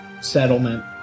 settlement